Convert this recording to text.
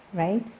right?